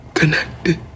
connected